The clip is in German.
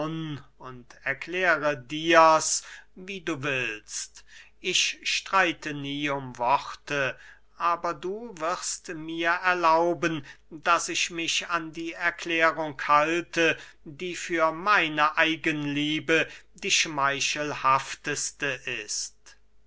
und erkläre dirs wie du willst ich streite nie um worte aber du wirst mir erlauben daß ich mich an die erklärung halte die für meine eigenliebe die schmeichelhafteste ist